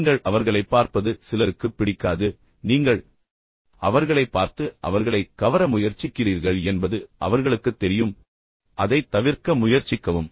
நீங்கள் அவர்களைப் பார்ப்பது சிலருக்கு பிடிக்காது ஏனென்றால் நீங்கள் பதட்டமாக இருப்பதை அவர்கள் அறிவார்கள் அல்லது நீங்கள் அவர்களைப் பார்த்து அவர்களைக் கவர முயற்சிக்கிறீர்கள் என்பது அவர்களுக்குத் தெரியும் எனவே அதைத் தவிர்க்க முயற்சிக்கவும்